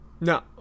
No